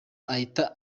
ahita